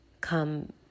come